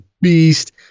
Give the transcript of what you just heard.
beast